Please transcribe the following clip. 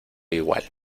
igual